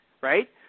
right